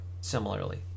similarly